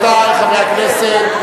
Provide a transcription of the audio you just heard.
חברי הכנסת,